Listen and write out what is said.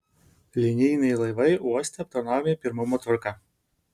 linijiniai laivai uoste aptarnaujami pirmumo tvarka